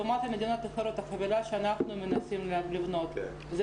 לעומת מדינות אחרות, החבילה שאנחנו מנסים לבנות זה